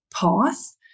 path